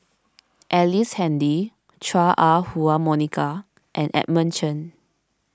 Ellice Handy Chua Ah Huwa Monica and Edmund Chen